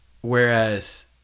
Whereas